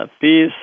Peace